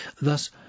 Thus